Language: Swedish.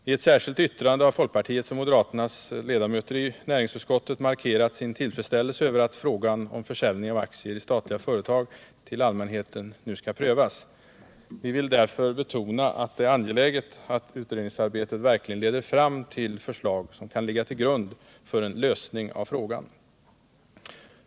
I ett särskilt yttrande har folkpartiets och moderaternas ledamöter i näringsutskottet markerat sin tillfredsställelse över att frågan om försäljning av aktier i statliga företag till allmänheten nu skall prövas. Vi vill därför betona det angelägna i att utredningsarbetet verkligen leder fram till förslag som kan ligga till grund för en lösning av frågan.